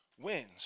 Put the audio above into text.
wins